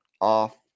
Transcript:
off